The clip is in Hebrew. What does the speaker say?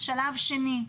שלב שני,